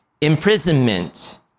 Imprisonment